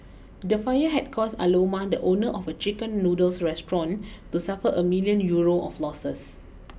the fire had caused Aloma the owner of a Chicken Noodles restaurant to suffer a million Euro of losses